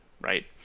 right